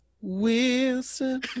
Wilson